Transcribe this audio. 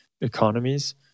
economies